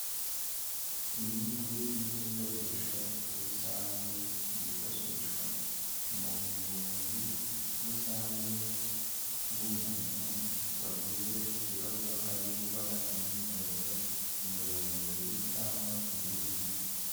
Imiti n'ibikoresho rusange byifashishwa mu buvuzi rusange bw'umuntu wagize ikibazo ari gukora imyitozo ngororamubiri cyangwa ibindi.